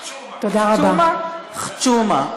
חשצ'ומה.